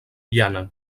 llana